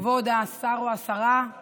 השר חמד עמאר.